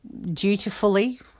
dutifully